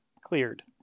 cleared